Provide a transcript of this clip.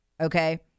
Okay